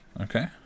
Okay